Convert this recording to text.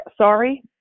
Sorry